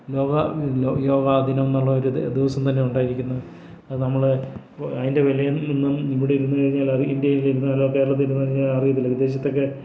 യോഗ യോഗാദിനം എന്നുള്ളൊരു ദിവസം തന്നെ ഉണ്ടായിരിക്കുന്നു അത് നമ്മൾ അതിൻ്റെ വില ഒന്നും ഇവിടെ ഇരുന്ന് കഴിഞ്ഞാൽ അറി ഇന്ത്യയിൽ ഇരുന്നാലോ കേരളത്തിൽ ഇരുന്നാലോ അറിയില്ല വിദേശത്തൊക്കെ